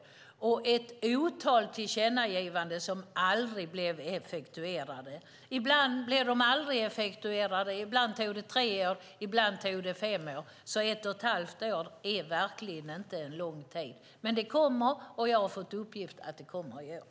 Det var ett otal tillkännagivanden som aldrig blev effektuerade. Ibland blev de aldrig effektuerade, ibland tog det tre år och ibland fem år. Ett och ett halvt år är verkligen inte en lång tid. Men det kommer, och jag har fått uppgiften att det kommer i år.